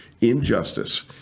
injustice